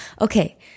okay